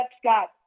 Scott